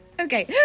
Okay